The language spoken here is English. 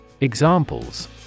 Examples